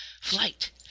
flight